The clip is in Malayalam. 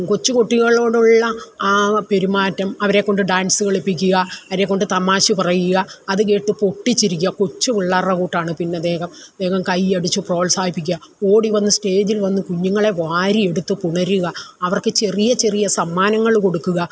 കൊച്ചുകുട്ടികളോടുള്ള ആ പെരുമാറ്റം അവരെക്കൊണ്ട് ഡാൻസ്സ് കളിപ്പിക്കുക അവരെക്കൊണ്ട് തമാശ് പറയുക അതുകേട്ട് പൊട്ടിച്ചിരിക്കുക കൊച്ചു പിള്ളാരുടെ കൂട്ടാണ് പിന്നദ്ദേഹം വേഗം കയ്യടിച്ച് പ്രോത്സാഹിപ്പിക്കുക ഓടി വന്ന് സ്റ്റേജിൽ വന്ന് കുഞ്ഞുങ്ങളെ വാരിയെടുത്ത് പുണരുക അവർക്ക് ചെറിയ ചെറിയ സമ്മാനങ്ങൾ കൊടുക്കുക